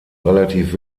relativ